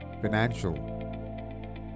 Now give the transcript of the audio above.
financial